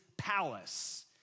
Palace